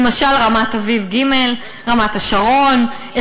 למשל רמת-אביב ג', רמת-השרון, הרצליה,